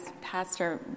Pastor